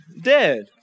dead